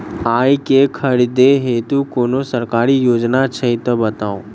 आइ केँ खरीदै हेतु कोनो सरकारी योजना छै तऽ बताउ?